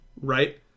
right